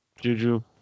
Juju